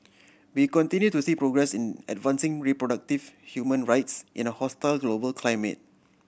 we continue to see progress in advancing reproductive human rights in a hostile global climate